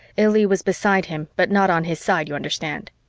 illy was beside him, but not on his side, you understand.